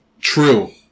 True